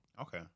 okay